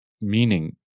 meaning